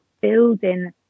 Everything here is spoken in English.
building